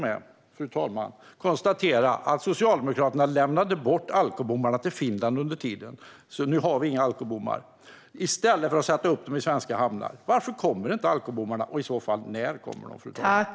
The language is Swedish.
De lämnade till och med bort alkobommarna till Finland under tiden, i stället för att sätta upp dem i svenska hamnar. Nu har vi alltså inga alkobommar. Varför blir det inga alkobommar? När kommer de?